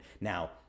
Now